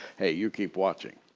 hey, you keep watching.